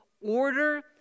order